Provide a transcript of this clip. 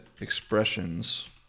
expressions